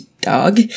dog